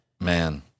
man